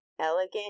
elegant